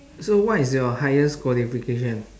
so what is your highest qualification